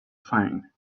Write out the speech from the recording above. find